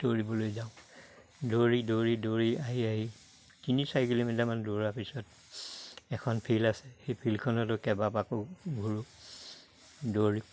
দৌৰিবলৈ যাওঁ দৌৰি দৌৰি দৌৰি আহি আহি তিনি চাৰি কিলোমিটাৰমান দৌৰাৰ পিছত এখন ফিল্ড আছে সেই ফিল্ডখনতো কেবাপাকো ঘুৰোঁ দৌৰি